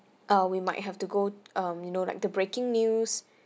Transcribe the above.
err we might have to go um you know like the breaking news